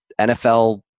NFL